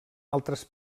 altres